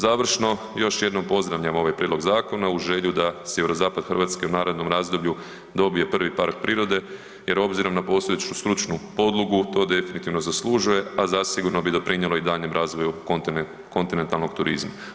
Završno, još jednom pozdravljam ovaj prijedlog zakona uz želju da sjeverozapad Hrvatske u narednom razdoblju dobije prvi park prirode, jer obzirom na postojeću stručnu podlogu to definitivno zaslužuje, a zasigurno bi doprinijelo i daljnjem razvoju kontinentalnog turizma.